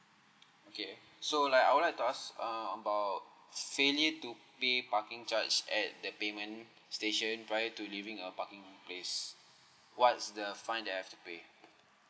okay so like I would like to ask uh about failure to pay parking charge at the payment station prior to leaving a parking place what's the fine that I have to pay